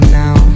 now